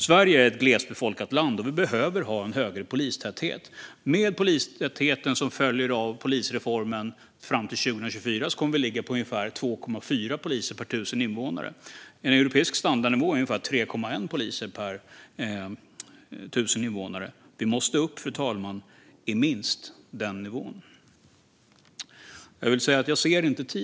Sverige är ett glesbefolkat land, och vi behöver ha en högre polistäthet. Med polistätheten som följer av polisreformen fram till 2024 kommer vi att ligga på ungefär 2,4 poliser per 1 000 invånare. En europeisk standardnivå är ungefär 3,1 poliser per 1 000 invånare. Vi måste upp i minst den nivån.